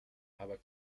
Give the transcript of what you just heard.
aber